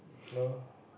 no